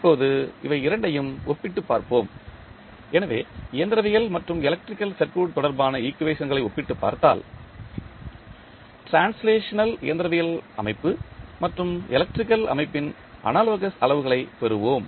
இப்போது இவை இரண்டையும் ஒப்பிட்டுப் பார்ப்போம் எனவே இயந்திரவியல் மற்றும் எலக்ட்ரிக்கல் சர்க்யூட் தொடர்பான ஈக்குவேஷன்களை ஒப்பிட்டுப் பார்த்தால் டிரான்ஸ்லேஷனல் இயந்திரவியல் அமைப்பு மற்றும் எலக்ட்ரிக்கல் அமைப்பின் அனாலோகஸ் அளவுகளைப் பெறுவோம்